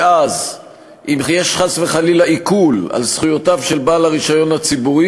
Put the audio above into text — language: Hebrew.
ואז אם יש חס וחלילה עיקול על זכויותיו של בעל הרישיון הציבורי,